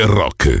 rock